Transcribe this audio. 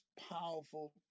powerful